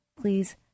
Please